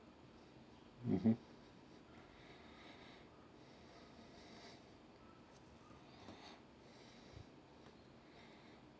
mmhmm